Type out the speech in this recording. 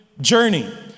journey